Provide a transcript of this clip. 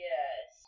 Yes